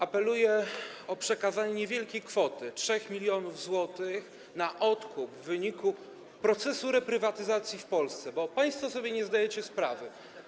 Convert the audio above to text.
Apeluję o przekazanie niewielkiej kwoty, 3 mln zł, na odkup w wyniku procesu reprywatyzacji w Polsce, bo państwo sobie nie zdajecie sprawy.